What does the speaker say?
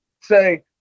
say